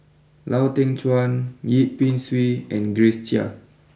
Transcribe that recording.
Lau Teng Chuan Yip Pin Xiu and Grace Chia